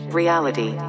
reality